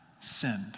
sinned